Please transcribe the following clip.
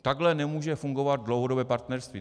Takhle nemůže fungovat dlouhodobé partnerství.